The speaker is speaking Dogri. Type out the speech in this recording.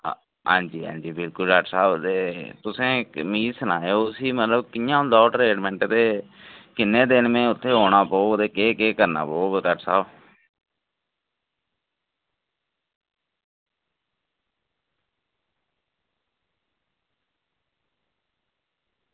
आं जी आं जी बिल्कुल डॉक्टर साह्ब ते तुसें इक्क मिगी सनाओ मतलब इक्क कियां होंदा ओह् ट्रीटमेंट ते किन्ने दिन में उत्थें औना पौग ते केह् केह् करना पौग डॉक्टर साहब